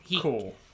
Cool